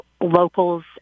locals